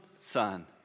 son